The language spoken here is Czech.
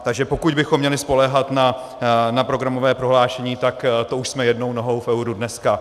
Takže pokud bychom měli spoléhat na programové prohlášení, tak to už jsme jednou nohou v euru dneska.